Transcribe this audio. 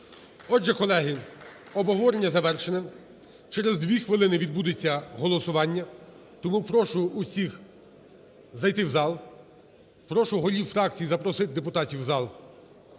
Отже, колеги, обговорення завершено. Через дві хвилини відбудеться голосування. Тому прошу усіх зайти в зал. Прошу голів фракцій запросити депутатів в зал